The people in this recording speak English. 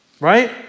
Right